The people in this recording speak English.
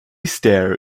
stare